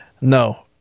No